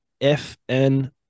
FN